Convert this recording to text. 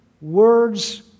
words